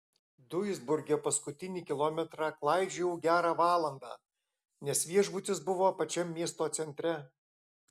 duisburge paskutinį kilometrą klaidžiojau gerą valandą nes viešbutis buvo pačiam miesto centre